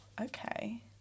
okay